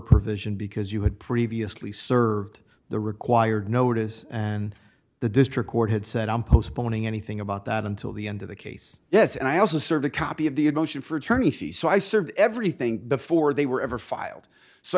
provision because you had previously served the required notice and the district court had said i'm postponing anything about that until the end of the case yes and i also served a copy of the a motion for attorney she so i served everything before they were ever filed so